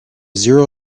zero